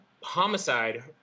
homicide